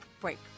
break